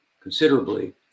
considerably